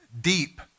deep